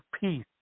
peace